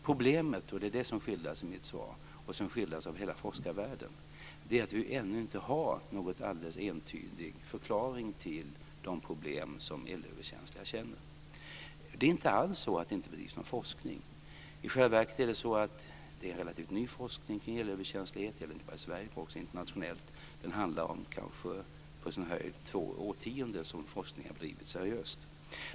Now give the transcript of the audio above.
Problemet, och det är det som skildras i mitt svar och av hela forskarvärlden, är att vi ännu inte har någon alldeles entydig förklaring till de problem som elöverkänsliga har. Det är inte alls så att det inte bedrivs någon forskning. I själva verket är det så att forskningen kring elöverkänslighet är relativt ny - det gäller inte bara i Sverige utan också internationellt. Det handlar om kanske på sin höjd två årtionden som forskning har bedrivits seriöst.